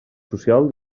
social